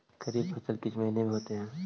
खरिफ फसल किस महीने में होते हैं?